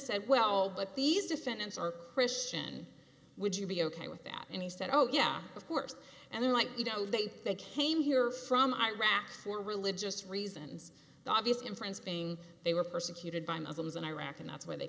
said well but these defendants are christian would you be ok with that and he said oh yeah of course and like you know they they came here from iraq for religious reasons obviously in france being they were persecuted by muslims in iraq and that's where they